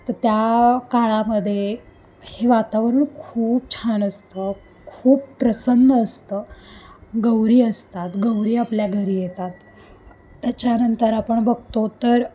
तर त्या काळामध्ये हे वातावरण खूप छान असतं खूप प्रसन्न असतं गौरी असतात गौरी आपल्या घरी येतात त्याच्यानंतर आपण बघतो तर